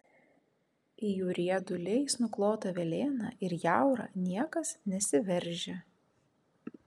į jų rieduliais nuklotą velėną ir jaurą niekas nesiveržia